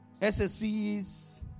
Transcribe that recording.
SSCs